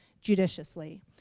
judiciously